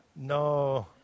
No